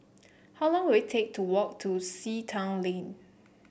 how long will it take to walk to Sea Town Lane